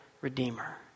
Redeemer